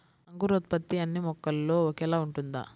అంకురోత్పత్తి అన్నీ మొక్కలో ఒకేలా ఉంటుందా?